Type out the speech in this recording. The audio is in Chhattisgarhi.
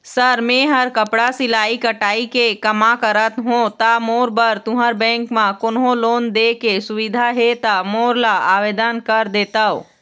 सर मेहर कपड़ा सिलाई कटाई के कमा करत हों ता मोर बर तुंहर बैंक म कोन्हों लोन दे के सुविधा हे ता मोर ला आवेदन कर देतव?